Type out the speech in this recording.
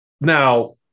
Now